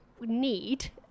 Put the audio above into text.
need